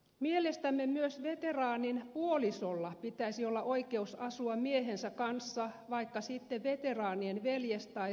mielestämme myös veteraanin puolisolla pitäisi olla oikeus asua miehensä kanssa vaikka sitten veteraanien veljes tai sairas kodissa